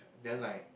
then like